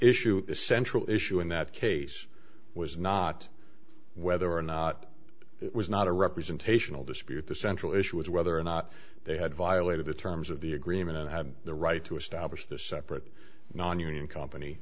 issue the central issue in that case was not whether or not it was not a representational dispute the central issue was whether or not they had violated the terms of the agreement and had the right to establish the separate nonunion company